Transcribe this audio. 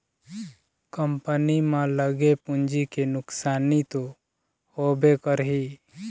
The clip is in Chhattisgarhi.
कंपनी म लगे पूंजी के नुकसानी तो होबे करही